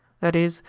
that is,